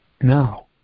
Now